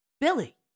Billy